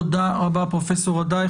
תודה רבה לפרופסור רדאי.